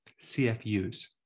CFUs